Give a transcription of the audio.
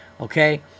Okay